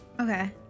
okay